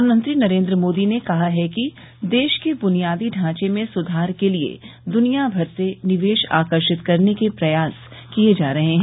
प्रधानमंत्री नरेंद्र मोदी ने कहा है कि देश के ब्नियादी ढांचे में सुधार के लिए द्नियाभर से निवेश आकर्षित करने के प्रयास किए जा रहे हैं